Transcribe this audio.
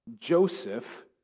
Joseph